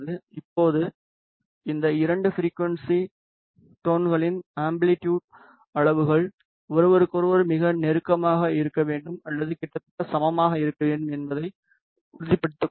இப்போது இந்த இரண்டு ஃபிரிக்குவன்ஸி டோன்களின் அம்பிலிட்டுட் அளவுகள் ஒருவருக்கொருவர் மிக நெருக்கமாக இருக்க வேண்டும் அல்லது கிட்டத்தட்ட சமமாக இருக்க வேண்டும் என்பதை உறுதிப்படுத்திக் கொள்ளுங்கள்